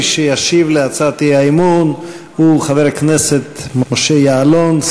מי שישיב להצעת האי-אמון הוא חבר הכנסת משה יעלון,